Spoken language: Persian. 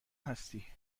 هستی